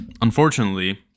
unfortunately